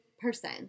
person